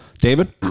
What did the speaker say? David